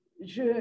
je